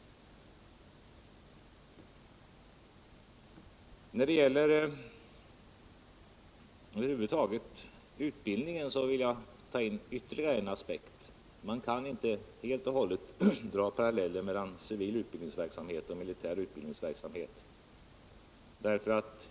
När det gäller utbildningen vill jag ta in ytterligare en aspekt. Man kan inte helt och hållet dra paralleller mellan civil och militär utbildningsverksamhet.